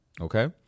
okay